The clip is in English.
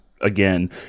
again